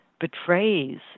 betrays